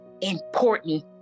important